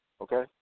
okay